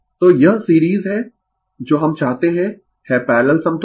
तो यह सीरीज है जो हम चाहते है है पैरलल समतुल्य